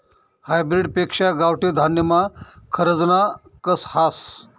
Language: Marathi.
हायब्रीड पेक्शा गावठी धान्यमा खरजना कस हास